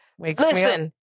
Listen